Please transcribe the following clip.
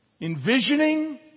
envisioning